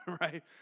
right